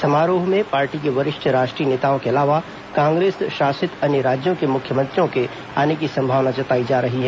समारोह में पार्टी के वरिष्ठ राष्ट्रीय नेताओं के अलावा कांग्रेस शासित अन्य राज्यों के मुख्यमंत्रियों के आने की संभावना जताई जा रही है